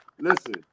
Listen